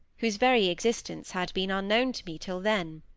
whose very existence had been unknown to me till then.